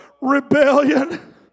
rebellion